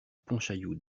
pontchaillou